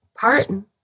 Pardon